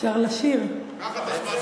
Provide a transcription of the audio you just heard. קח את הזמן